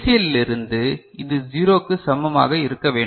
L இலிருந்து இது 0 க்கு சமமாக இருக்க வேண்டும்